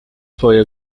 for